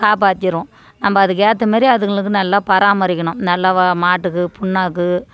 காப்பாத்திடும் நம்ம அதுக்கேற்ற மாரி அதுங்களுக்கு நல்லா பராமரிக்கணும் நல்லா மாட்டுக்கு புண்ணாக்கு